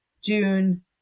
june